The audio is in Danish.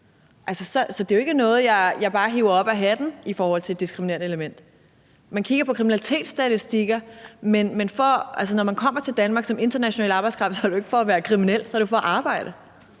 Så det er jo ikke noget, jeg bare hiver op af hatten – i forhold til det diskriminerende element. Man kigger på kriminalitetsstatistikker, men når man kommer til Danmark som international arbejdskraft, er det jo ikke for at være kriminel; så er det for at arbejde.